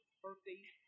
birthdays